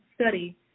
study